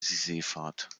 seefahrt